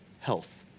health